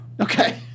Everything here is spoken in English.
Okay